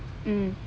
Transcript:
mm